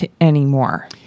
anymore